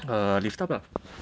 err lift up ah